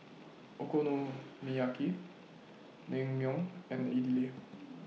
Okonomiyaki Naengmyeon and Idili